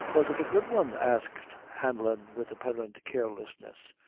was it a good one? asked hanlon, with apparent carelessness,